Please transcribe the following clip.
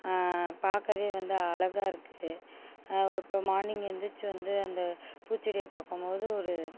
பார்க்கவே வந்து அழகாக இருக்குது இப்போ மார்னிங் எந்திரிச்சு வந்து அந்த பூச்செடியை பார்க்கும்போது ஒரு